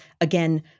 again